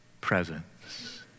presence